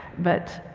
but,